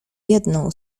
jedną